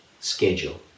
schedule